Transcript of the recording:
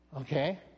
Okay